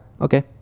okay